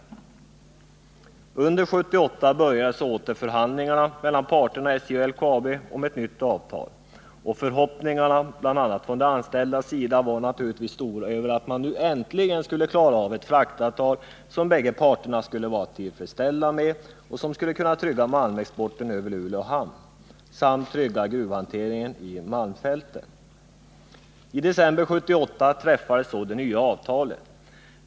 Under 1978 började så åter förhandlingar mellan parterna SJ och LKAB om ett nytt avtal. Förhoppningarna från bl.a. de anställdas sida var naturligtvis stora om att man nu äntligen skulle klara av ett fraktavtal som båda parter skulle vara tillfredsställda med och som skulle kunna trygga malmexporten över Luleå hamn samt trygga gruvhanteringen i malmfälten. I december 1978 träffades så det nya avtalet.